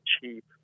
cheap